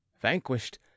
Vanquished